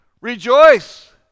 rejoice